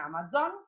Amazon